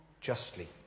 justly